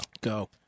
Go